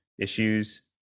issues